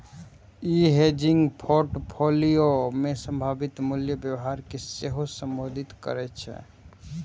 ई hedging portfolio मे संभावित मूल्य व्यवहार कें सेहो संबोधित करै छै